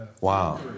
Wow